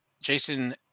Jason